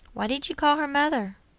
why did you call her mother?